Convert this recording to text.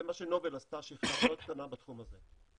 זה מה שנובל עשתה, שהיא חברה קטנה בתחום הזה.